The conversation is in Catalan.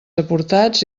aportats